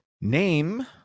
Name